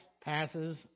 passes